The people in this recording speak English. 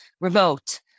remote